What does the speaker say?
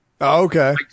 Okay